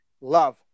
love